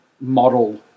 model